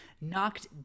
knocked